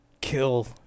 kill